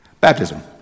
Baptism